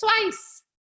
twice